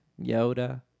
Yoda